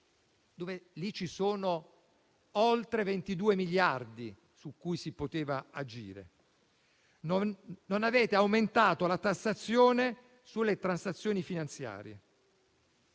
ci sono oltre 22 miliardi su cui si poteva agire. Non avete aumentato la tassazione sulle transazioni finanziarie,